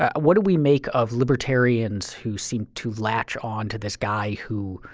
ah what do we make of libertarians who seem to latch on to this guy who